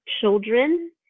children